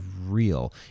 real